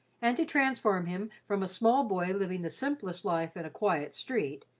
and to transform him from a small boy, living the simplest life in a quiet street,